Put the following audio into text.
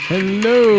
Hello